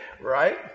right